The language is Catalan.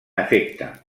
efecte